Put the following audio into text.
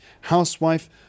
housewife